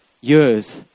years